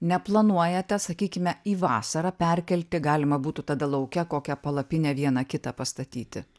neplanuojate sakykime į vasarą perkelti galima būtų tada lauke kokią palapinę vieną kitą pastatyti